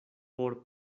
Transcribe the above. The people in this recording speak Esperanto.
por